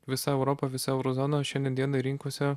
visa europa visa euro zona šiandien rinkose